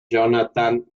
jonathan